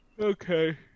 Okay